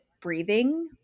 breathing